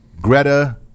Greta